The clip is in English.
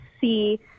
see